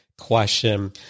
question